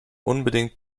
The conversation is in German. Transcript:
unbedingt